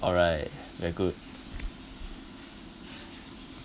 alright very good